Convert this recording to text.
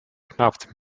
knappt